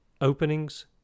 openings